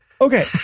Okay